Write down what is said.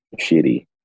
shitty